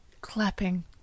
clapping